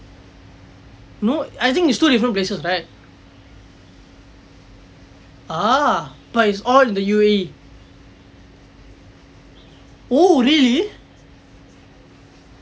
no I think it's two different places ah but it's all in the U_A_E oh really